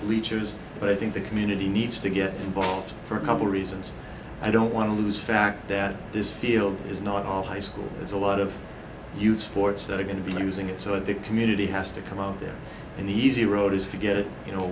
bleachers but i think the community needs to get involved for a couple reasons i don't want to lose fact that this field is not all high school there's a lot of youth sports that are going to be losing it so the community has to come out there and the easy road is to get it you know